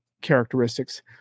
characteristics